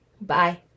bye